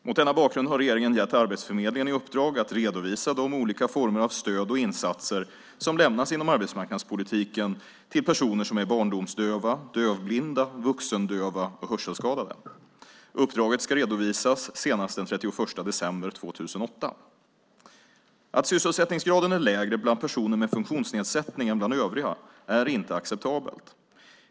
Mot denna bakgrund har regeringen gett Arbetsförmedlingen i uppdrag att redovisa de olika former av stöd och insatser som lämnas inom arbetsmarknadspolitiken till personer som är barndomsdöva, dövblinda, vuxendöva och hörselskadade. Uppdraget ska redovisas senast den 31 december 2008. Att sysselsättningsgraden är lägre bland personer med funktionsnedsättning än bland övriga är inte acceptabelt.